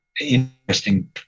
interesting